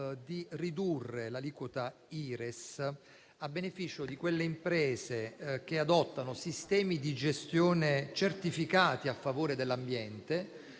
di ridurre l'aliquota IRES a beneficio delle imprese che adottano sistemi di gestione certificati a favore dell'ambiente,